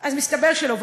אז מסתבר שלא.